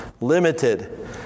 limited